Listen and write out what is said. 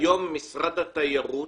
היום משרד התיירות